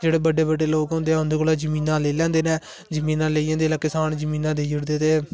जेहडे़े बडे़ बडे़ लोक होंदे ऐ उंदे कोला जमीना लेई लेंदे ना जमीना लेइये ते फिह जिसले किसान जमीना देई ओड़दे ते